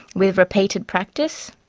with repeated practice,